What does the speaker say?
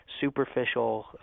superficial